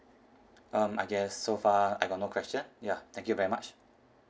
um I guess so far I got no question ya thank you very much